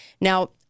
Now